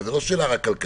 זאת לא רק שאלה כלכלית.